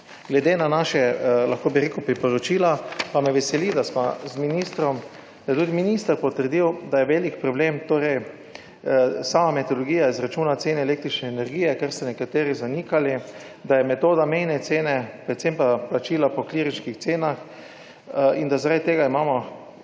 Glede na naša lahko bi rekel priporočila pa me veseli, da sva z ministrom - je tudi minister potrdil, da je velik problem - torej sama metodologija izračuna cene električne energije, kar so nekateri zanikali, da je metoda mejne cene predvsem pa plačila po klirinških cenah in da zaradi tega imamo zelo